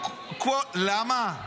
למה?